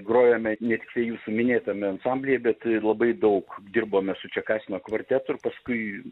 grojome ne tiktai jūsų minėtame ansamblyje bet labai daug dirbome su čekasino kvartetuir paskui